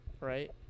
right